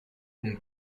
del